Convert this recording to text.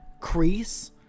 crease